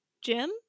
Jim